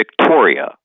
Victoria